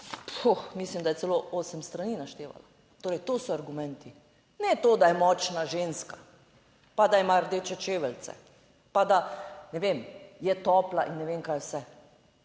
mislim, da je celo osem strani naštevala. Torej, to so argumenti. Ne to, da je močna ženska, pa da ima rdeče čeveljce, pa da, ne vem, je topla in ne vem kaj vse.